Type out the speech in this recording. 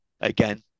again